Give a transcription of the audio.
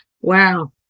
Wow